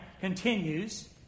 continues